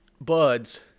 BUDS